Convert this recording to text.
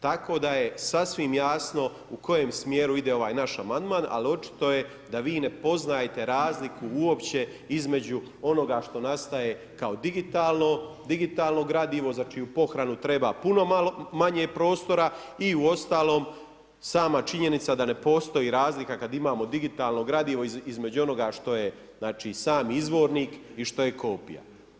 Tako da je sasvim jasno u kojem smjeru ide ovaj naš amandman, ali očito je da vi ne poznajete razliku uopće između onoga što nastaje kao digitalno gradivo, znači u pohranu treba puno manje prostora i uostalom sama činjenica da ne postoji razlika kad imamo digitalno gradivo između onoga što je znači, sam izvornik i što je kopija.